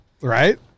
right